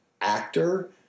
actor